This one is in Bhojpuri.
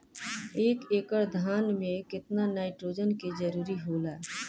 एक एकड़ धान मे केतना नाइट्रोजन के जरूरी होला?